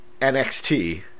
NXT